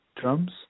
Drums